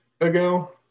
ago